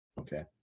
Okay